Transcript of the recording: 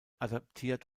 adaptiert